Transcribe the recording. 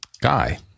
guy